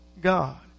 God